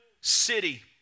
city